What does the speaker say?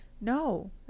No